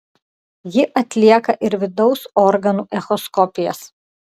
ji atlieka ir vidaus organų echoskopijas